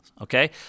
Okay